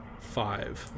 five